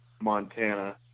Montana